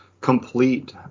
complete